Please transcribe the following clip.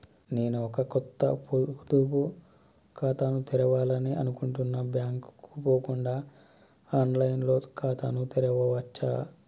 నేను ఒక కొత్త పొదుపు ఖాతాను తెరవాలని అనుకుంటున్నా బ్యాంక్ కు పోకుండా ఆన్ లైన్ లో ఖాతాను తెరవవచ్చా?